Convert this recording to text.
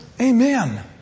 Amen